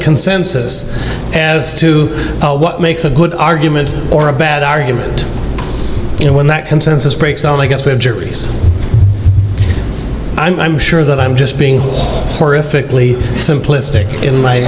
consensus as to what makes a good argument or a bad argument you know when that consensus breaks so i guess we have juries i'm sure that i'm just being horrifically simplistic in